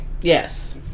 Yes